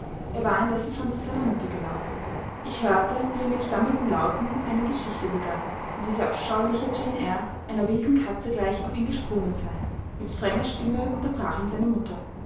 er war indessen schon zu seiner mutter gelaufen ich hörte wie er mit stammelnden lauten eine geschichte begann wie diese abscheuliche jane eyre einer wilden katze gleich auf ihn gesprungen sei mit strenger stimme unterbrach ihn seine mutter